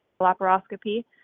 laparoscopy